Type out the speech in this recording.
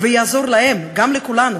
ויעזור להם, גם לכולנו,